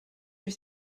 you